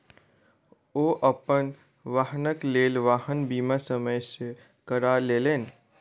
ओ अपन वाहनक लेल वाहन बीमा समय सॅ करा लेलैन